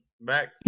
back